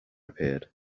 appeared